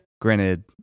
Granted